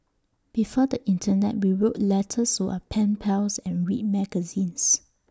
before the Internet we wrote letters to our pen pals and read magazines